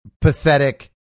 pathetic